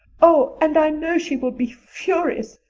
oh, and i know she will be furious.